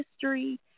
history